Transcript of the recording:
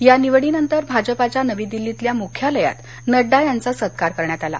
या निवडीनंतर भाजपाच्या नवी दिल्लीतल्या मुख्यालयात नडडा यांचा सत्कार करण्यात आला